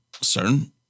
certain